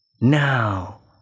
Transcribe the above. Now